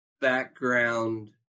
background